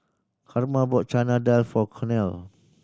Karma bought Chana Dal for Cornel